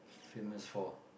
famous for